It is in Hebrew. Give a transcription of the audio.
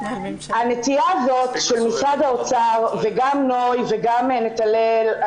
הנטייה הזאת של משרד האוצר וגם נוי וגם נתנאל,